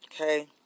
Okay